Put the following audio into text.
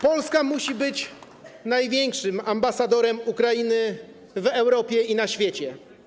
Polska musi być największym ambasadorem Ukrainy w Europie i na świecie.